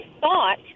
thought